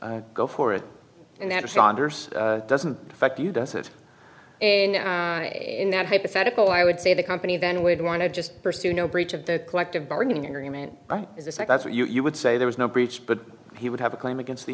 it go for it and that saunders doesn't affect you does it and in that hypothetical i would say the company then would want to just pursue no breach of the collective bargaining agreement is a site that's what you would say there was no breach but he would have a claim against the